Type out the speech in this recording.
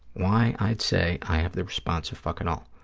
why i'd say i have the response of fuck it all.